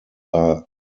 are